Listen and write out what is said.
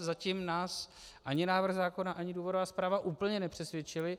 Zatím nás ani návrh zákona, ani důvodová zpráva úplně nepřesvědčily.